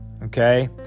Okay